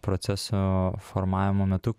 proceso formavimo metu